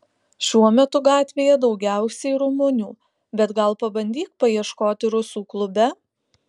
šiuo metu gatvėje daugiausiai rumunių bet gal pabandyk paieškoti rusų klube